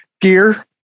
gear